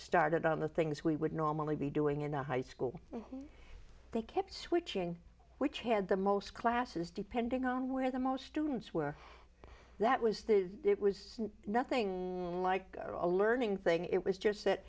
started on the things we would normally be doing in a high school they kept switching which had the most classes depending on where the most students were that was the it was nothing like a learning thing it was just that